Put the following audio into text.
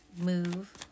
move